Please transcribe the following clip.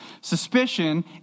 Suspicion